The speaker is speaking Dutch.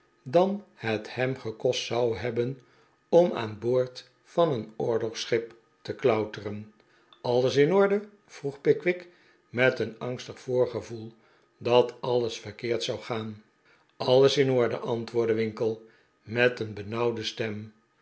dan het hem gekost zou hebben om aan boord van een oorlogsschip te klauteren alles in orde vroeg pickwick met een angstig voorgevoel dat alles verkeerd zou gaan alles in orde antwoordde winkle met een benauwde stem